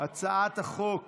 הצעת חוק